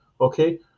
okay